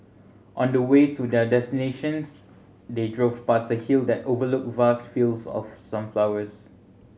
on the way to their destinations they drove past a hill that overlooked vast fields of sunflowers